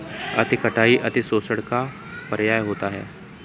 अति कटाई अतिशोषण का पर्याय होता है